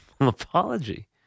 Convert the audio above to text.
apology